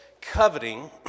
coveting